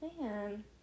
Man